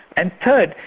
and third,